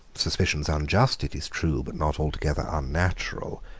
suspicions unjust, it is true, but not altogether unnatural,